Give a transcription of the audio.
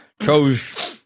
chose